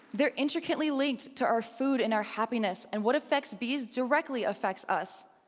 they're intricately linked to our food and our happiness, and what affects bees directly affects us.